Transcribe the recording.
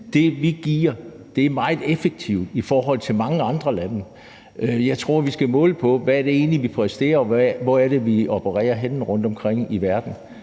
det, vi giver, er meget effektivt, i forhold til hvad mange andre lande gør. Jeg tror, vi skal måle på, hvad det egentlig er, vi præsterer, og hvor det er, vi opererer rundtomkring i verden.